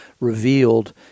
revealed